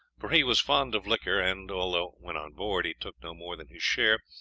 for he was fond of liquor, and although, when on board, he took no more than his share,